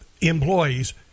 employees